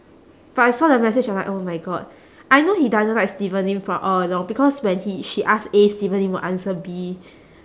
but I saw the message I'm like oh my god I know he doesn't like steven lim from all along because when he she ask A steven lim will answer B